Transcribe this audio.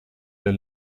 der